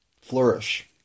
flourish